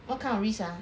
what kind of risk ah